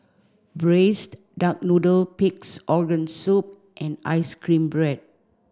braised duck noodle pig's organ soup and ice cream bread